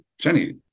Jenny